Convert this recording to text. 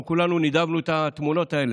אנחנו כולנו נידבנו את התמונות האלה.